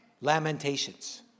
Lamentations